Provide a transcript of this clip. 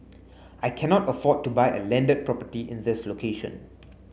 I cannot afford to buy a landed property in this location